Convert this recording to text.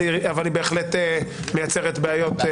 אבל היא בהחלט מייצרת בעיות.